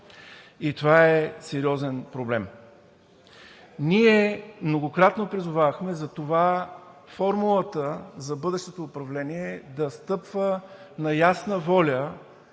и това е сериозен проблем. Ние многократно призовавахме: формулата за бъдещото управление да стъпва на ясна воля